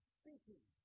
speaking